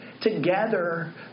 together